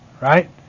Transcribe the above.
Right